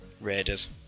Raiders